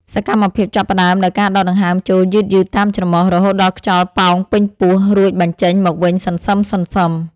សកម្មភាពចាប់ផ្ដើមដោយការដកដង្ហើមចូលយឺតៗតាមច្រមុះ រហូតដល់ខ្យល់ប៉ោងពេញពោះ រួចបញ្ចេញមកវិញសន្សឹមៗ។